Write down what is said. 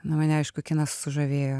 na mane aišku kinas sužavėjo